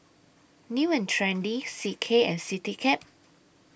New and Trendy C K and Citycab